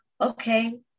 okay